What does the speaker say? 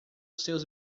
seus